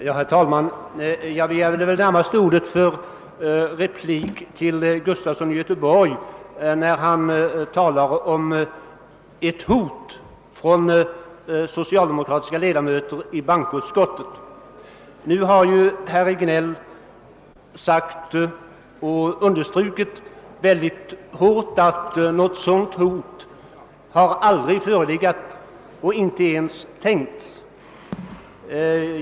Herr talman! Jag begärde ordet närmast för att replikera herr Gustafson i Göteborg, som talade om ett hot från socialdemokratiska ledamöter i bankoutskottet. Nu har ju herr Regnéll mycket kraftigt understrukit att något sådant hot aldrig förelegat, ja, inte ens tänkts.